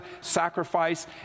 sacrifice